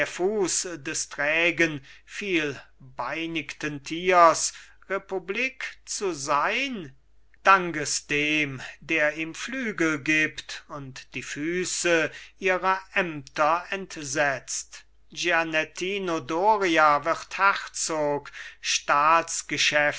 fuß des trägen vielbeinigen tiers republik zu sein dank es dem der ihm flügel gibt und die füße ihrer ämter entsetzt gianettino doria wird